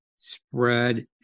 spread